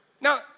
Now